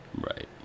Right